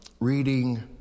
Reading